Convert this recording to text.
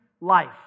life